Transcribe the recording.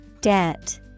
debt